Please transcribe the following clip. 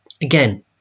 again